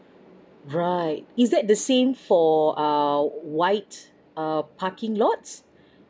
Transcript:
right is it that same for err white err parking lots